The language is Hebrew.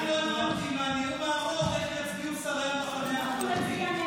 רק לא הבנתי מהנאום הארוך איך יצביעו שרי המחנה הממלכתי.